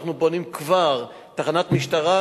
אנחנו בונים כבר תחנת משטרה,